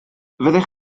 fyddech